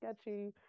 sketchy